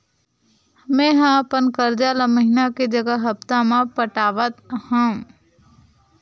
मेंहा अपन कर्जा ला महीना के जगह हप्ता मा पटात हव